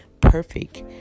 perfect